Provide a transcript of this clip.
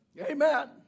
Amen